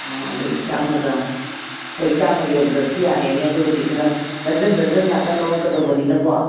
ꯑꯧ ꯑꯗꯒꯤ ꯆꯥꯝꯃꯒ ꯍꯣꯏ ꯆꯥꯝꯃ ꯌꯧꯗ꯭ꯔꯁꯨ ꯌꯥꯔꯦꯅꯦ ꯑꯗꯨꯕꯨꯗꯤ ꯈꯔ ꯗꯔꯖꯟ ꯗꯔꯖꯟ ꯉꯥꯛꯇ ꯂꯧꯔꯛꯀꯗꯧꯕꯅꯤꯅꯀꯣ